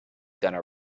gonna